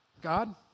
God